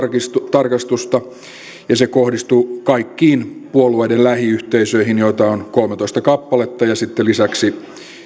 tarkastusta ja se kohdistuu kaikkiin puolueiden lähiyhteisöihin joita on kolmetoista kappaletta ja lisäksi